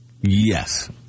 Yes